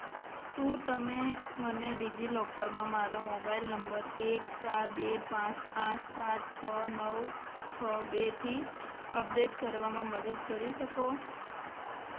શું તમે મને ડિજિલોકરમાં મારો મોબાઇલ નંબર એક ચાર બે પાંચ આઠ સાત છો નવ છો બેથી અપડેટ કરવામાં મદદ કરી શકો